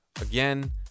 Again